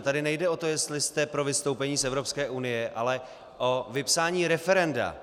Tady nejde o to, jestli jste pro vystoupení z Evropské unie, ale o vypsání referenda.